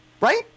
right